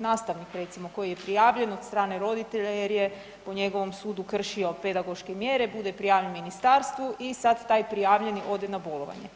nastavnik recimo, koji je prijavljen od strane roditelja jer je po njegovom sudu kršio pedagoške mjere, bude prijavljen Ministarstvu i sad taj prijavljeni ode na bolovanje.